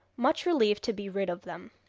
much relieved to be rid of them.